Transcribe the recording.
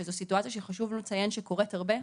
וזאת סיטואציה שחשוב לציין שקורית הרבה,